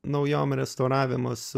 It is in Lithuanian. naujom restauravimo su